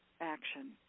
action